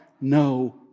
no